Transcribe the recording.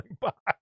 box